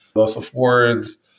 loss of words,